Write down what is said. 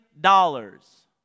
dollars